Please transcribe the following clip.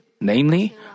Namely